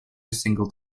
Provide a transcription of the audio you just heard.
single